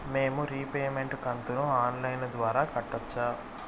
మేము రీపేమెంట్ కంతును online ద్వారా కట్టొచ్చా